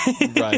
Right